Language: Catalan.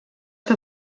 que